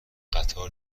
قطار